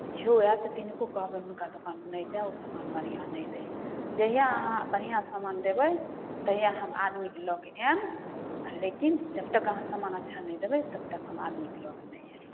जो आएत तिनको कहबनि हुनका दोकानपर नहि जाउ ओ समान बढ़िआँ नहि दै हइ जहिआ अहाँ बढ़िआँ समान देबै तहिआ हम आदमीके लऽके आएब लेकिन जब तक अहाँ समान अच्छा नहि देबै तब तक हम आदमीके लऽके नहि आएब